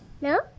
No